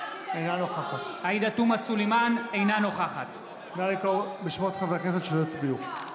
אינה נוכחת נא לקרוא בשמות חברי הכנסת שלא הצביעו.